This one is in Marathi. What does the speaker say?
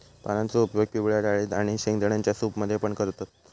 पानांचो उपयोग पिवळ्या डाळेत आणि शेंगदाण्यांच्या सूप मध्ये पण करतत